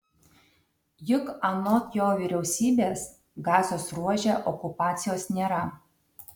juk anot jo vyriausybės gazos ruože okupacijos nėra